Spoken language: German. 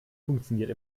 funktioniert